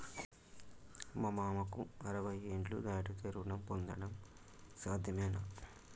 మా మామకు అరవై ఏళ్లు దాటితే రుణం పొందడం సాధ్యమేనా?